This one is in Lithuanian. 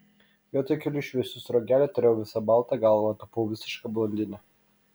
vietoj kelių šviesių sruogelių turėjau visą baltą galvą tapau visiška blondine